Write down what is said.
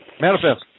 Manifest